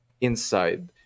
inside